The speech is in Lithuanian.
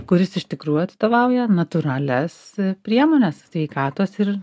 kuris iš tikrųjų atstovauja natūralias priemones sveikatos ir